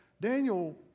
Daniel